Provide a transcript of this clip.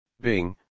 Bing